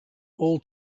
all